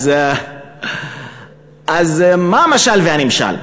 אז מה המשל והנמשל?